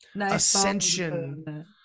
ascension